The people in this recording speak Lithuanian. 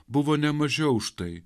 buvo ne mažiau užtai